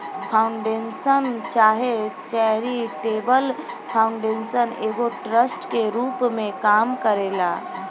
foundation चाहे charitable foundation एगो trust के रूप में काम करेला